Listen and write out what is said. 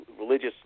religious